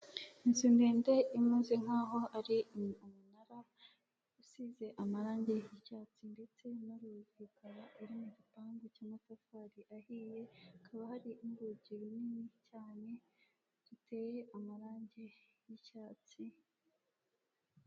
Inzu ndende imeze nk'aho ari umunara usize amarange y'icyatsi, ndetse birumvikana iri gipangu cy'amatafari ahiye, hakaba hari urugi runini cyane ruteye amarange y'icyatsi.